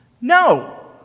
No